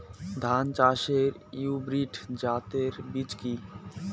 ধান চাষের হাইব্রিড জাতের বীজ কি?